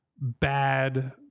bad